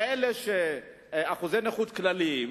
כאחוזי נכות כלליים